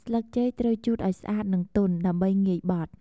ស្លឹកចេកត្រូវជូតឲ្យស្អាតនិងទន់ ដើម្បីងាយបត់។